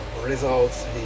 results